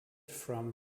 from